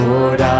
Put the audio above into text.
Lord